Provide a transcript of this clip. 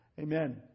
Amen